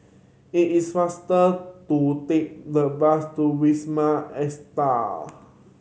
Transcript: it is faster to take the bus to Wisma